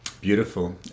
beautiful